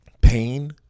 pain